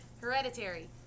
Hereditary